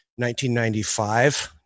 1995